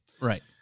Right